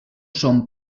som